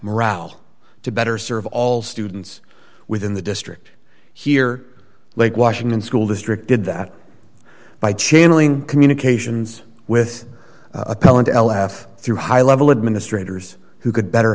morale to better serve all students within the district here like washington school district did that by channeling communications with appellant l f through high level administrators who could better